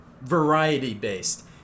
variety-based